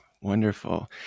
Wonderful